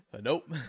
nope